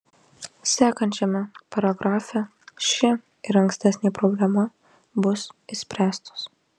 sekančiame paragrafe ši ir ankstesnė problema bus išspręstos